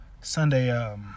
Sunday